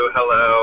Hello